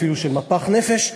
אפילו של מפח נפש,